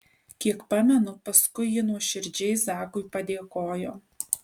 kiek pamenu paskui ji nuoširdžiai zakui padėkojo